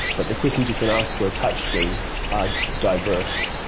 but the questions you can ask through a touchscreen are diverse,